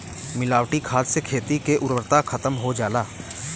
मिलावटी खाद से खेती के उर्वरता खतम हो जाला